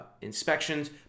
inspections